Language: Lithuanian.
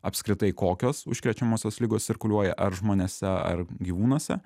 apskritai kokios užkrečiamosios ligos cirkuliuoja ar žmonėse ar gyvūnuose